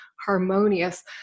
harmonious